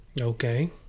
okay